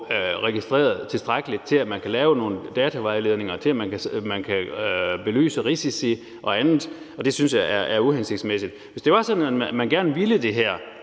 registreret tilstrækkeligt til, at man kan lave nogle vejledninger i forhold til data, så man kan belyse risici og andet, og det synes jeg er uhensigtsmæssigt. Hvis det var sådan, at man gerne ville det her